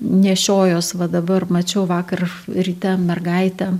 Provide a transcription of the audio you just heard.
nešiojuos va dabar mačiau vakar ryte mergaitę